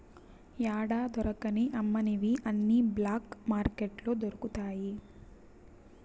యాడా దొరకని అమ్మనివి అన్ని బ్లాక్ మార్కెట్లో దొరుకుతాయి